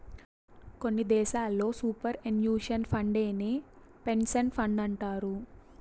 కొన్ని దేశాల్లో superannuation ఫండేనే పెన్సన్ ఫండంటారు